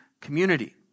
community